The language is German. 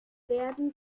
werden